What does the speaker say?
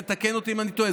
תתקן אותי אם אני טועה.